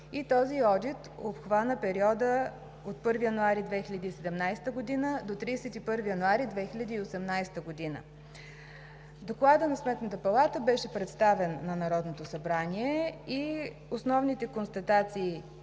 Този одит обхвана периода от 1 януари 2017 г. до 31 януари 2018 г. Докладът на Сметната палата, който беше представен на Народното събрание, и основните констатации